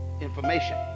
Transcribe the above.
information